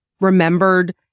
remembered